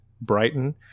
Brighton